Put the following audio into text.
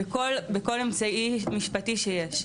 בכל אמצעי משפטי שיש.